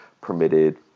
permitted